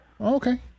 Okay